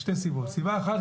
סיבה אחת,